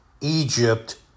Egypt